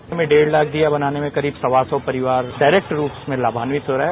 उन्हें डेढ़ लाख दीया बनाने में करीब सवा सौ परिवार डायरेक्ट रूप से लाभान्वित हो रहा है